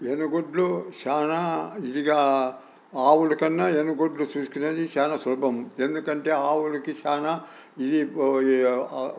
ఎనగొడ్లు చాలా ఇదిగా ఆవులకన్నా ఎనుగొడ్లు చూసుకునేది చాలా సులభం ఎందుకంటే ఆవులకి చాలా ఇది